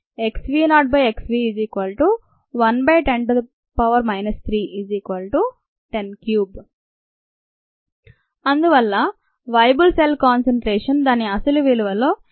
xv0xv110 3103 అందువల్ల "viable cell concentration" దాని అసలు విలువలో 0